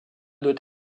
doit